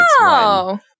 Wow